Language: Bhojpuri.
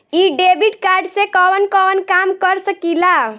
इ डेबिट कार्ड से कवन कवन काम कर सकिला?